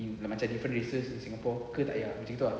in macam different races in singapore ke tak payah macam gitu ah